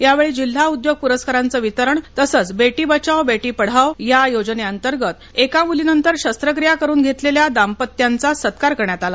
यावेळी जिल्हा उद्योग पुरस्कारांच वितरण तसच बेटी बचाओ बेटी पढाओ या योजनेअंतर्गत एका मुलीनंतर शस्त्रक्रिया करून घेतलेल्या दाम्पत्यांचा सत्कार मंत्र्यांच्या हस्ते करण्यात आला